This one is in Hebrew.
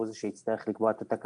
שהוא זה שיצטרך לקבוע את התקנות,